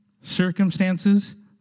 circumstances